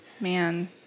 Man